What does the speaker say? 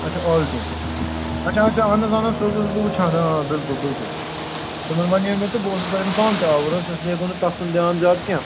آچھا آلٹو آچھا آچھا اَہن حظ اَہن حظ سۄ حظ ٲسٕس بہٕ وُچھان آ بلکل بلکل تِمَن وَنیے مےٚ تہٕ بہٕ اوسُس پتہٕ پانہٕ تہِ آوُر حظ اس لیے گوٚو نہٕ تَتھ کُن دھیان زیادٕ کیٚنٛہہ